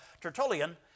Tertullian